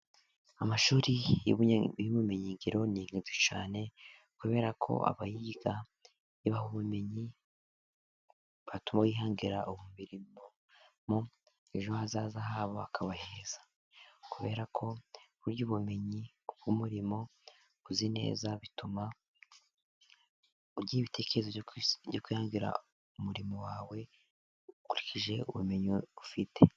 Amashuri y'ubumenyigiro ni ingenzi cyane, kubera ko abayiga ibaha ubumenyi bwatuma yihangira umurimo, ejo hazaza habo bakaba heza ,kubera ko burya ubumenyi bw'umurimo uzi neza, bituma ugira ibitekerezo byo kwihangira umurimo wawe ukurikije ubumenyi ufite.